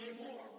anymore